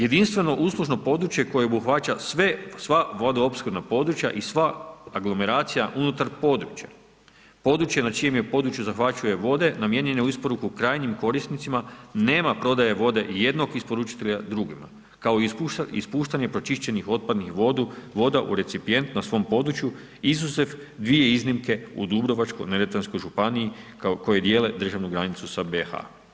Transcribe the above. Jedinstveno uslužno područje koje obuhvaća sva vodoopskrbna područja i sva aglomeracija unutar područja, područje na čijem području zahvaćuje vode, namijenjen je u isporuku krajnjim korisnicima, nema prodaje vode jednog isporučitelja drugima, kao i ispuštanja pročišćenih otpadnih voda u recipijentom na svom području, izuzev 2 iznimke u Dubrovačko neretvanskoj županiji koje dijele državnu granicu sa BIH.